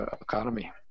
economy